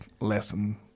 lesson